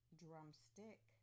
drumstick